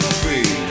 free